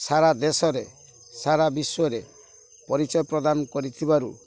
ସାରା ଦେଶରେ ସାରା ବିଶ୍ୱରେ ପରିଚୟ ପ୍ରଦାନ କରିଥିବାରୁ